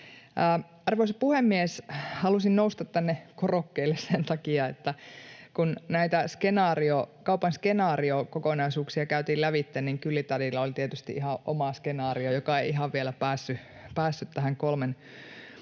Arvoisa puhemies! Halusin nousta tänne korokkeelle sen takia, että kun näitä kaupan skenaariokokonaisuuksia käytiin lävitse, niin Kylli-tädillä oli tietysti ihan oma skenaario, joka ei ihan vielä päässyt tähän kolmen koplaan,